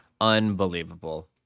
unbelievable